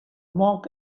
monk